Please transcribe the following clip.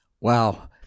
Wow